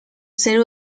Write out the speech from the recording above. ser